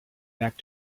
back